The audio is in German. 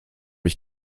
ich